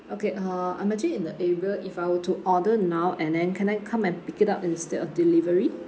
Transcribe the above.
okay uh I'm actually in the area if I were to order now and then can I come and pick it up instead of delivery